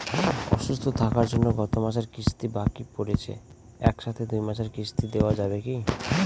অসুস্থ থাকার জন্য গত মাসের কিস্তি বাকি পরেছে এক সাথে দুই মাসের কিস্তি দেওয়া যাবে কি?